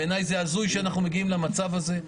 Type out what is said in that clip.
בעיניי, זה הזוי שאנחנו מגיעים למצב הזה.